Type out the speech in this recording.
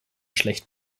schlecht